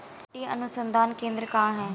मिट्टी अनुसंधान केंद्र कहाँ है?